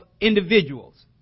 individuals